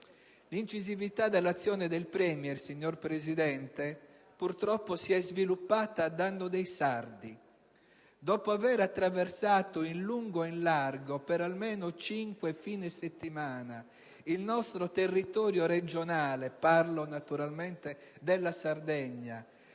L'incisività dell'azione del Premier, signor Presidente, purtroppo si è sviluppata a danno dei sardi. Dopo aver attraversato in lungo e largo, per almeno cinque fine settimana, il nostro territorio regionale in occasione della campagna